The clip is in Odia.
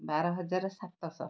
ବାର ହଜାର ସାତଶହ